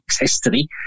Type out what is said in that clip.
history